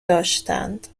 داشتند